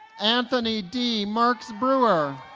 anthony d. myrks-brewer